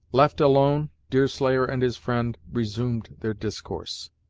left alone, deerslayer and his friend resumed their discourse